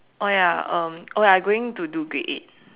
oh ya um I going to do grade eight